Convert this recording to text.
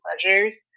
pleasures